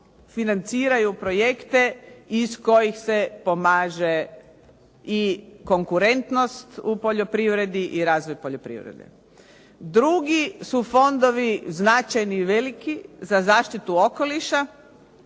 financiraju projekte iz kojih se pomaže i konkurentnost u poljoprivredi i razvoj poljoprivrede. Drugi su fondovi značajni i veliki za zaštitu okoliša